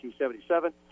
1977